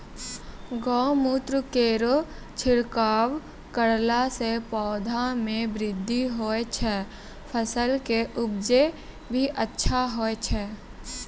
गौमूत्र केरो छिड़काव करला से पौधा मे बृद्धि होय छै फसल के उपजे भी अच्छा होय छै?